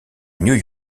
new